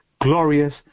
glorious